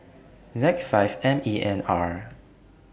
Z five M E N R